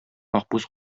акбүз